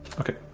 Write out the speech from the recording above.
Okay